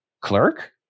clerk